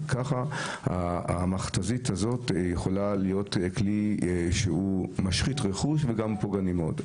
ככה המכתזית הזאת הופכת להיות כלי שמשחית רכוש והוא גם פוגעני מאוד.